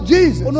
Jesus